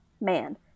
man